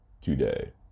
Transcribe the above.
today